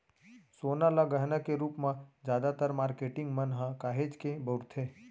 सोना ल गहना के रूप म जादातर मारकेटिंग मन ह काहेच के बउरथे